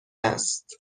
است